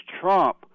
Trump